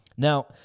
Now